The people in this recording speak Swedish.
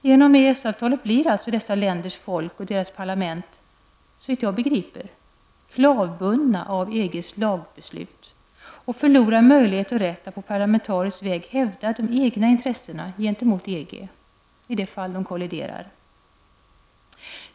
Genom EES-avtalet blir dessa länders folk och deras parlament, såvitt jag begriper, klavbundna av EGs lagbeslut och förlorar möjlighet och rätt att på parlamentarisk väg hävda de egna intressena gentemot EG i de fall de kolliderar.